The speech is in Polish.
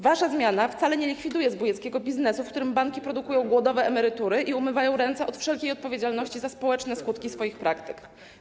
Wasza zmiana wcale nie likwiduje zbójeckiego biznesu, w którym banki produkują głodowe emerytury i umywają ręce od wszelkiej odpowiedzialności za społeczne skutki swoich praktyk.